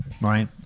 right